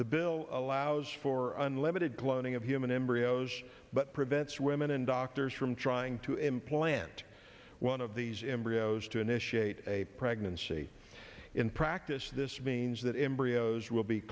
the bill allows for unlimited cloning of human embryos but prevents women and doctors from trying to implant one of these embryos to initiate a pregnancy in practice this means that embryos will be